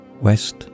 West